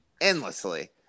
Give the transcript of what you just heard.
endlessly